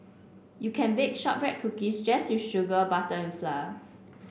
you can bake shortbread cookies just with sugar butter and flour